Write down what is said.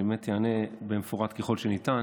אני באמת אענה במפורט ככל הניתן.